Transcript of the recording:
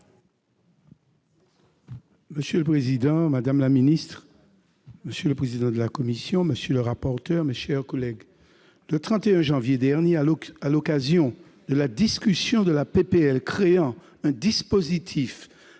Monsieur le président, madame la secrétaire d'État, monsieur le président de la commission, monsieur le rapporteur, mes chers collègues, le 31 janvier dernier, à l'occasion de la discussion de la proposition